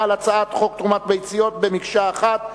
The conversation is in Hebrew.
על הצעת חוק תרומת ביציות כמקשה אחת.